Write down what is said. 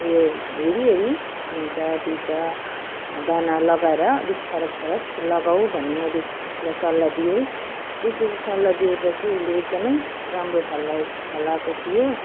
ए हेरिहेरि एउटा दुईटा दाना लगाएर अलिक फरक फरक लगाऊ भन्ने मैले उसलाई सल्लाह दिएँ त्यस पछि सल्लाह दिए पछि उसले एकदमै राम्रो फलाए फलाएको थियो